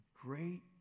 Great